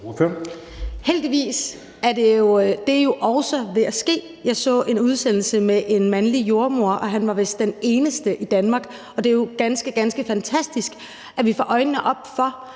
Heldigvis er det jo også ved at ske. Jeg så en udsendelse med en mandlig jordemoder, og han var vist den eneste i Danmark, og det er jo ganske, ganske fantastisk, at vi får øjnene op for,